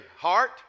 heart